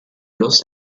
los